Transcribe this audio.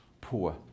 poor